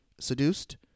seduced